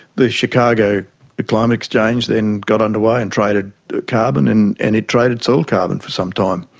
the chicago climate exchange then got underway and traded carbon and and it traded soil carbon for some time.